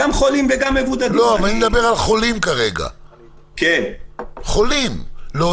ודאי שלא ניכנס לזה כאן, אני רק